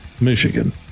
Michigan